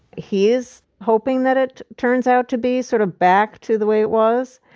he's hoping that it turns out to be sort of back to the way it was.